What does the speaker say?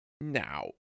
Now